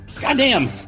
Goddamn